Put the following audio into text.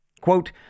Quote